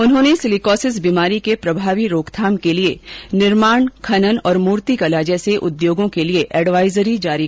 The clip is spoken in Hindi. उन्होंने सिलिकोसिस बीमारी के प्रभावी रोकथाम के लिए निर्माण खनन और मूर्तिकला जैसे उद्योगों के लिए एडवाइजरी जारी करने के भी निर्देश दिए